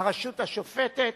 הרשות השופטת